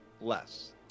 less